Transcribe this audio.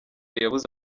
yabuze